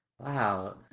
wow